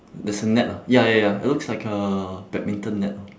there's a net lah ya ya ya it looks like a badminton net lah